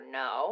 no